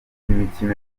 imikino